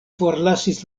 forlasis